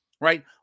right